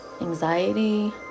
anxiety